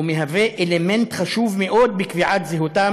ומהווה אלמנט חשוב מאוד בקביעת זהותם